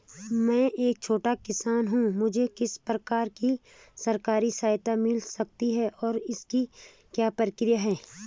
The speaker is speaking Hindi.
मैं एक छोटा किसान हूँ मुझे किस प्रकार की सरकारी सहायता मिल सकती है और इसकी क्या प्रक्रिया है?